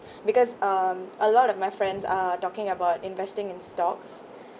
because um a lot of my friends are talking about investing in stocks